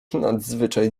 nadzwyczaj